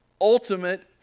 ultimate